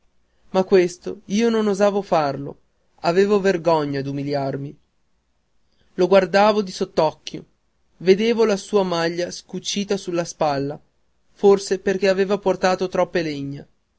ma questo io non osavo di farlo avevo vergogna d'umiliarmi lo guardavo di sott'occhio vedevo la sua maglia scucita alla spalla forse perché aveva portato troppe legna